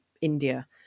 India